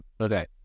Okay